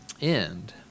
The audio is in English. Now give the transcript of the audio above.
end